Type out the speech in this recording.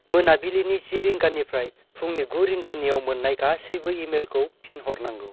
मोनाबिलिनि जि रिंगानिफ्राय फुंनि गु रिंगानियाव मोननाय गासिबो इमेलफोरखौ फिन हरनांगौ